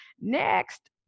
Next